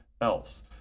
else